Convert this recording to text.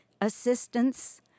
assistance